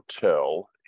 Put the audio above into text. Hotel